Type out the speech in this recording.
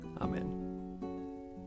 Amen